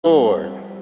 Lord